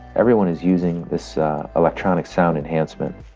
everyone is using this electronic sound enhancement